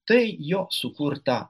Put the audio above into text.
tai jo sukurta